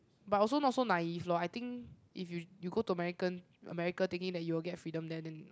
but also not so naive lor I think if you you go to American America thinking that you will get freedom there then